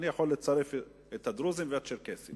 אני יכול לצרף את הדרוזים ואת הצ'רקסים,